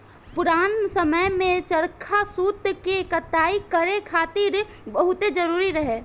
पुरान समय में चरखा सूत के कटाई करे खातिर बहुते जरुरी रहे